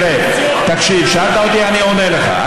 תראה, תקשיב, שאלת אותי, אני עונה לך.